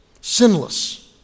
sinless